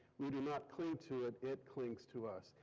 we do not cling to it, it clings to us.